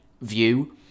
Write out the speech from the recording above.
view